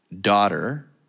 daughter